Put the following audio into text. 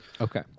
okay